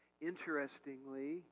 interestingly